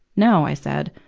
no i said,